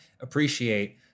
appreciate